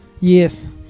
Yes